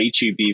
HEB